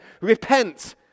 Repent